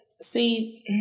see